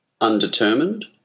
Undetermined